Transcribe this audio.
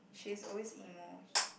she's always emo